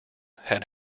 had